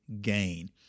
Gain